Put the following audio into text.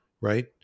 right